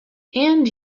and